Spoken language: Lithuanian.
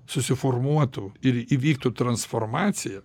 susiformuotų ir įvyktų transformacija